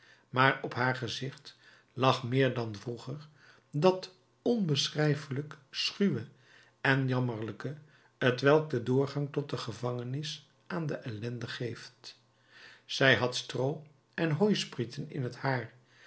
maar op haar gezicht lag meer dan vroeger dat onbeschrijfelijk schuwe en jammerlijke t welk de doorgang tot de gevangenis aan de ellende geeft zij had stroo en hooi sprieten in t haar